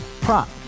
Prop